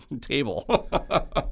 table